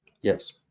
Yes